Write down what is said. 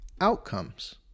outcomes